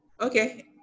Okay